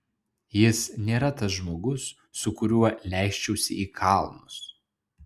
jis nėra tas žmogus su kuriuo leisčiausi į kalnus